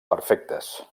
perfectes